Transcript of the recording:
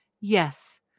Yes